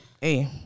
hey